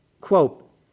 quote